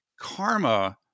karma